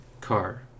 car